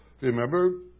remember